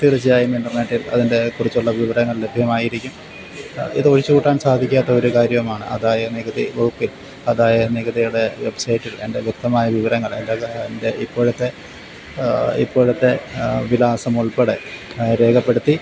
തീർച്ചയായും എൻ്റെ നാട്ടിൽ അതിൻറ്റേക്കുറിച്ചുള്ള വിവരങ്ങൾ ലഭ്യമായിരിക്കും ഇതൊഴിച്ച് കൂട്ടാൻ സാധിക്കാത്ത ഒര് കാര്യമാണ് ആദായ നികുതി വകുപ്പിൽ ആദായ നികുതിയുടെ വെബ്സൈറ്റിൽ എൻ്റെ വ്യക്തമായ വിവരങ്ങൾ അലകാ എൻ്റെ ഇപ്പോഴത്തെ ഇപ്പോഴത്തെ വിലാസം ഉൾപ്പടെ രേഖപ്പെടുത്തി